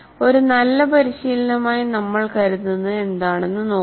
ഒരു നല്ല പരിശീലനമായി നമ്മൾ കരുതുന്നത് എന്താണെന്നു നോക്കാം